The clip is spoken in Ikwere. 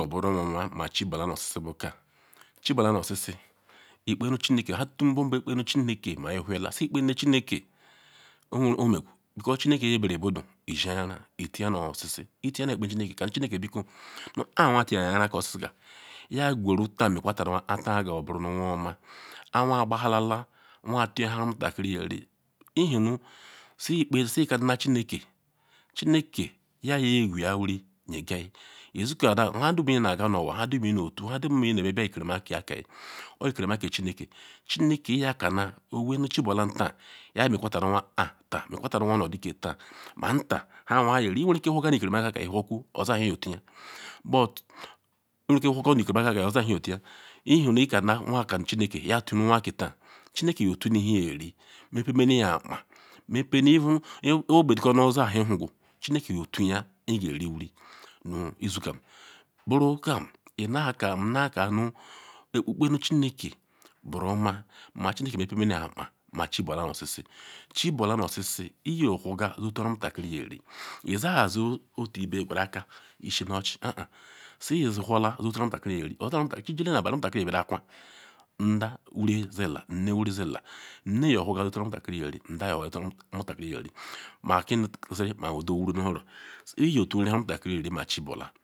Oburumoma machebula nu oshishi ka chibula nu oshishi ikpenu chineke nha tunbom bukoenu chineke ma ihuhiala sikpenu chineke owerukpomagu because chineke buya buribudu isheanyara izia nu oshishi itiala ekpenu chineke ika nu chineke obiko nu kpa anwa tayara eanyara ke oshishi ka nu yaqwuru taa mekpwataru anwa nu kpo taa nyo oburo anwaoma anwa kpa gaha lala onwa tuya nhu omutakiri nyeri ihe nu si ekpe si ekanena chineke, chineke yayegweya wuri yegayi isokana nha dum inaga nu onwa nha dum inotu bia ikerama kia aka obee ikera ma ke chineke, chineke iya kani owee nu chibule taa nu ya mekwatan anwa kpa mekwatari anwa onodi ke taa nu nha anwa keri. Iweruike whorga nu ikereama ke aka ke owe nhe iyotuya but ihe nu ikanu chineke nu yanwa tun anwa ke taa chineke yeotune nhe iyeri mepemene akpa mepene ogbe obeoikor nu ozabhe ihuqu chineke yetuga nhe iyeri wuri nu isukam. Burukam inaka nnakanu okpenu chineke buruoma ma chineke mepemene akpa ma chibula nu oshishi chibula nu oshishi iyowhorka situru nhe omutakiri yeri isa zi otuibe kpara aka yeshi nu ochi haha, siheowhorha yeotu nha omutakiri yeri chichile nu abali omutakiri beye angwa nda wuri zila nne wuri zila nne yowhuhia sichorgaru nhe omutakiri yeri nuah yowhuhia sichoru nha omutakiri suri ma gini siru ma udo yoworu nu oro iyoturiri nha omutakiri yeri ma chibula